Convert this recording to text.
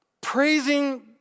praising